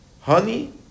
Honey